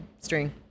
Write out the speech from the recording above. string